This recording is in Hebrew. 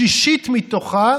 שישית מתוכה